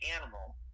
animal